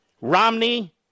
Romney